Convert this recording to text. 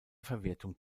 verwertung